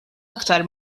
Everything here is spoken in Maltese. aktar